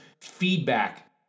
feedback